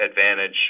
advantage